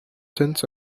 since